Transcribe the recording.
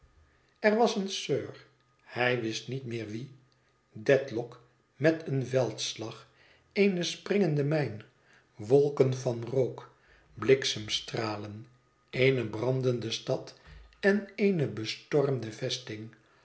er was een sir hij wist niet meer wie dedlock met een veldslag eene springende mijn wolken van rook bliksemstralen eene brandende stad en eene bestormde vesting